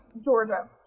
Georgia